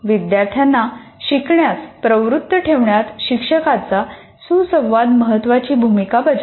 विद्यार्थ्यांना शिकण्यास प्रवृत्त ठेवण्यात शिक्षकांचा सुसंवाद महत्वाची भूमिका बजावतो